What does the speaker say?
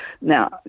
now